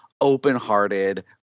open-hearted